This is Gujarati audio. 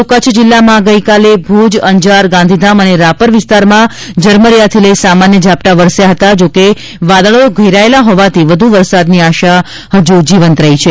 તો કચ્છ જિલ્લામાં ગઇકાલે ભૂજ અંજાર ગાંધીધામ અને રાપર વિસ્તારમાં ઝરમરિયાથી લઈ સામાન્ય ઝાપટા વરસ્યા હતા જોકે વાદળો ઘેરાયેલા હોવાથી વધુ વરસાદની આશા હજૂ જીવંત રહી છે